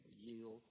yield